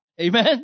Amen